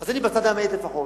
אז אני בצד האמת לפחות.